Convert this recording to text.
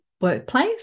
workplace